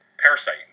Parasite